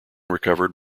recovered